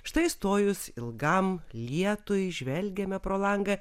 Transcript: štai stojus ilgam lietui žvelgiame pro langą